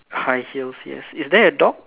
high heels yes is there a dog